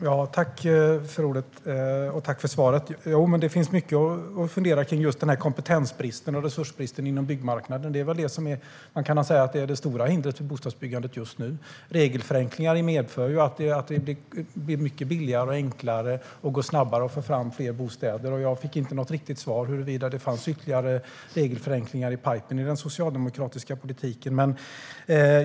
Herr talman! Jag tackar för svaret. Det finns mycket att fundera på vad gäller kompetensbristen och resursbristen inom byggmarknaden. Det är väl det som man kan säga är det stora hindret för bostadsbyggandet just nu. Regelförenklingar medför att det blir mycket billigare och enklare och går snabbare att få fram fler bostäder. Jag fick inte något riktigt svar på huruvida det finns ytterligare regelförenklingar i "pajpen" i den socialdemokratiska politiken.